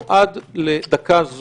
אני נלחמת על הסביבה בכול הארץ.